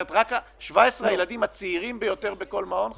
17 הילדים הצעירים ביותר בכל מעון חזרו?